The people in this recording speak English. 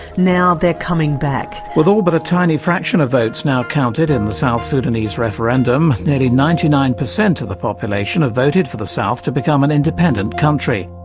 now they are coming back. with all but a tiny fraction of votes now counted in the south sudanese referendum, nearly ninety nine percent of the population have voted for the south to become an independent country.